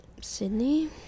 Sydney